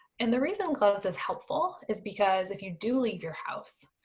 and the reason gloves is helpful is because if you do leave your house,